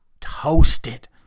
toasted